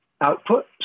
output